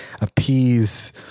appease